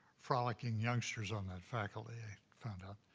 frolicking youngsters on that faculty, i found out.